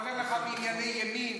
הוא מוותר לך בענייני ימין.